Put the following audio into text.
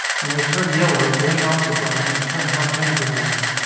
when they turn yellow, drain off the brine, and turn hot vinegar on them.